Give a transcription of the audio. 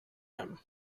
him